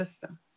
system